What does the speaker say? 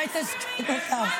לא סיימתי בכלל.